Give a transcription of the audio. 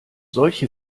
solche